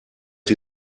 die